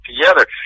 together